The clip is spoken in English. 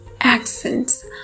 accents